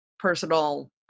personal